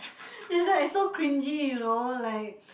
it's like so cringey you know like